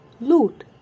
loot